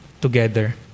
together